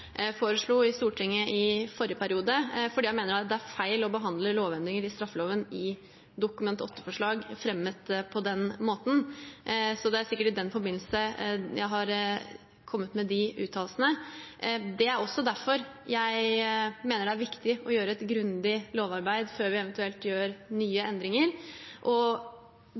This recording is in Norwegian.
foreslo i Stortinget i forrige periode, fordi jeg mener det er feil å behandle lovendringer i straffeloven i Dokument 8-forslag, fremmet på den måten. Det er sikkert i den forbindelse jeg har kommet med de uttalelsene. Det er også derfor jeg mener det er viktig å gjøre et grundig lovarbeid før vi eventuelt gjør nye endringer.